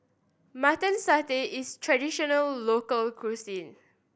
Mutton Satay is traditional local cuisine